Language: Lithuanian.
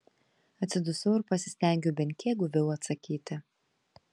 atsidusau ir pasistengiau bent kiek guviau atsakyti